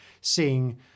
seeing